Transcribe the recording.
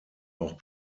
auch